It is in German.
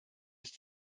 ist